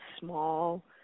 small